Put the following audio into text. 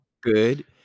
good